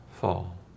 fall